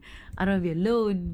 I don't want to be alone